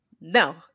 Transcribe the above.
no